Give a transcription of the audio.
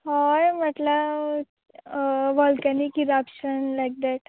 हय म्हटल्या volcanic eruption like that